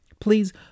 Please